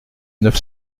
neuf